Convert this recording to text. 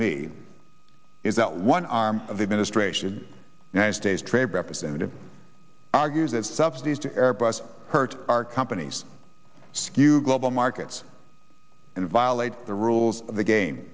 me is that one arm of the administration united states trade representative argues that subsidies to airbus hurt our companies skew global markets and violate the rules of the game